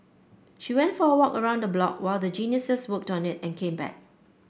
she went for a walk around the block while the geniuses worked on it and came back